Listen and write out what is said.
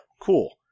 Cool